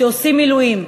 שעושים מילואים.